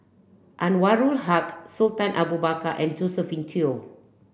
Anwarul Haque Sultan Abu Bakar and Josephine Teo